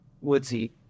woodsy